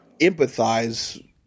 empathize